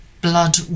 Blood